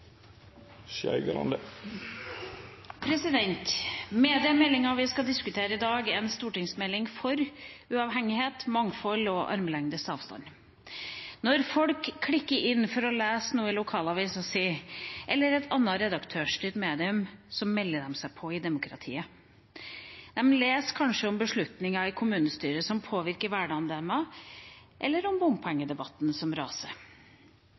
vi skal diskutere i dag, er en stortingsmelding for uavhengighet, mangfold og armlengdes avstand. Når folk klikker inn for å lese noe i lokalavisa si eller et annet redaktørstyrt medium, melder de seg på i demokratiet. De leser kanskje om beslutninger i kommunestyret som påvirker hverdagen deres, eller om bompengedebatten som raser.